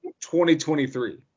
2023